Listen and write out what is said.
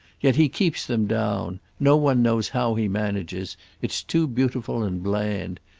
yet he keeps them down no one knows how he manages it's too beautiful and bland.